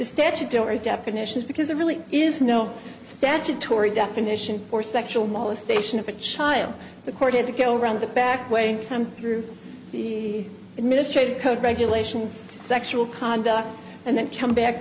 statutory definitions because there really is no statutory definition for sexual molestation of a child the court had to go round the back way time through the administrative code regulations sexual conduct and then come back